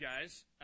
guys